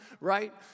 right